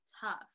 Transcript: tough